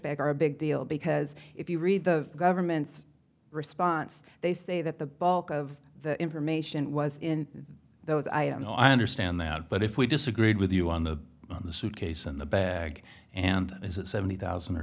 bag are a big deal because if you read the government's response they say that the bulk of the information was in those i don't know i understand that but if we disagreed with you on the on the suitcase and the bag and is it seventy thousand or